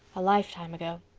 a lifetime ago.